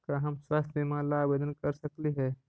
का हम स्वास्थ्य बीमा ला आवेदन कर सकली हे?